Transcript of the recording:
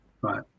Right